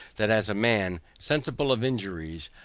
that as a man, sensible of injuries,